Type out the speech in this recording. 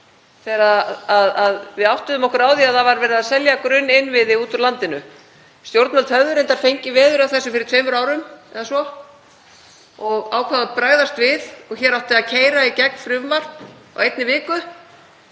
þegar við áttuðum okkur á því að það var verið að selja grunninnviði út úr landinu. Stjórnvöld höfðu reyndar fengið veður af þessu tveimur árum áður eða svo og ákváðu að bregðast við og hér átti að keyra í gegn frumvarp á einni viku.